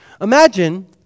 Imagine